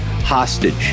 Hostage